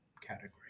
category